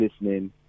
listening